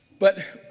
but,